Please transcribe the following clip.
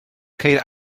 ceir